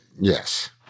yes